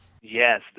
Yes